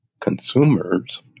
consumers